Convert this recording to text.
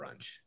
brunch